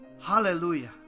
Hallelujah